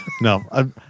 No